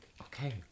Okay